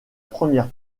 première